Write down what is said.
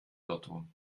lotto